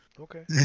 Okay